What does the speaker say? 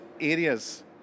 areas